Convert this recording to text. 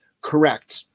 Correct